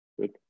Good